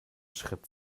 schritt